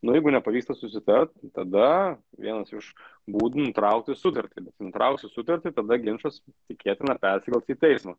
nu jeigu nepavyksta susitart tada vienas iš būdų nutraukti sutartį bet nutrauksi sutartį tada ginčas tikėtina persikels į teismą